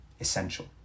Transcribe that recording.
essential